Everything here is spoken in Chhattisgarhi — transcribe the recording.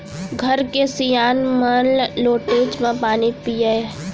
घर के सियान मन लोटेच म पानी पियय